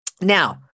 Now